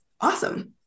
awesome